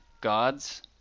gods